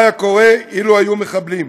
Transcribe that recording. מה היה קורה אילו היו מחבלים.